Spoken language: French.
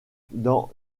dans